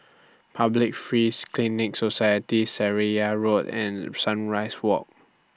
Public Free Clinic Society Seraya Road and Sunrise Walk